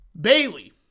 Bailey